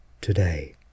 today